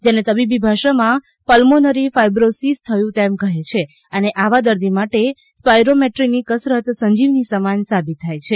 જેને તબીબી ભાષામાં પલ્મોનરી ફાઈબ્રોસિસ થયું તેમ કહે છે અને આવા દર્દી માટે સ્પાઈરોમેટ્રીની કસરત સંજીવની સમાન સાબિત થાય છે